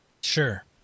Sure